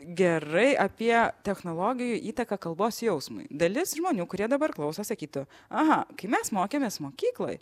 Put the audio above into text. gerai apie technologijų įtaką kalbos jausmui dalis žmonių kurie dabar klauso sakytų aha kai mes mokėmės mokykloj